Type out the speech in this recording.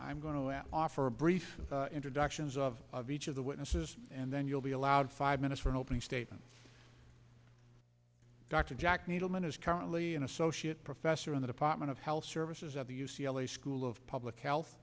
going to offer a brief introductions of each of the witnesses and then you'll be allowed five minutes for an opening statement dr jack needleman is currently an associate professor in the department of health services at the u c l a school of public health